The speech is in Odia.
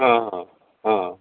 ହଁ ହଁ ହଁ